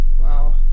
wow